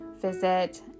visit